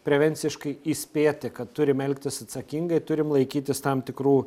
prevenciškai įspėti kad turim elgtis atsakingai turim laikytis tam tikrų